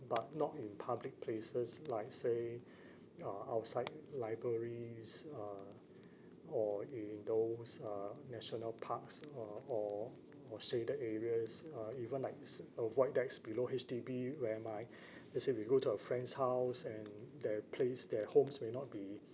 but not in public places like say uh outside libraries uh or in those uh national parks or or or shaded areas uh even likes uh void decks below H_D_B where my let's say we go to a friend's house and their place their homes may not be